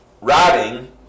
writing